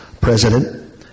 president